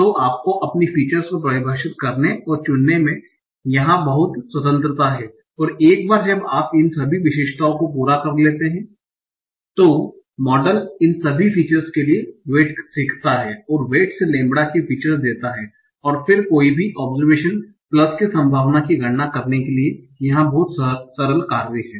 तो आपको अपनी फीचर्स को परिभाषित करने और चुनने में यहाँ बहुत स्वतंत्रता है और एक बार जब आप इन सभी विशेषताओं को पूरा कर लेते हैं तो मॉडल इन सभी फीचर्स के लिए वेट सीखता है और वैटस लैम्ब्डा के फीचर देता है और फिर कोई भी ओब्सेर्वेशन प्लस की संभावना की गणना करने के लिए यह बहुत सरल कार्य है